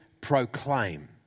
proclaim